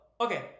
okay